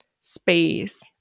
space